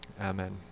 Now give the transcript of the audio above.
amen